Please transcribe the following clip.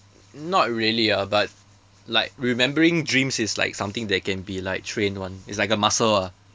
not really ah but like remembering dreams is like something that can be like trained [one] it's like a muscle ah